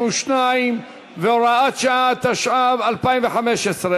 122 והוראת שעה), התשע"ו 2015,